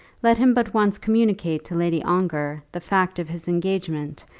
let him but once communicate to lady ongar the fact of his engagement,